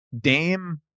dame